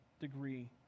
degree